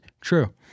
True